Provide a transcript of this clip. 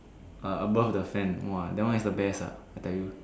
ah above the fan whoa that one is the best ah I tell you